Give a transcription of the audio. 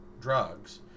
drugs